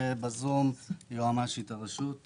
ונמצאת בזום יועמ"שית הרשות.